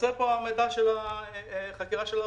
חסר פה המידע על החקירה של העמותה.